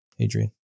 Adrian